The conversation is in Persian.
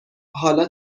حالا